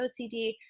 OCD